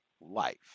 life